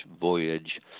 voyage